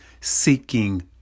seeking